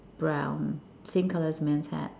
brown same color as man's hat